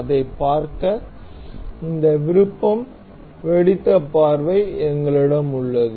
அதைப் பார்க்க இந்த விருப்பம் வெடித்த பார்வை எங்களிடம் உள்ளது